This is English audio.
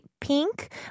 pink